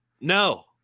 no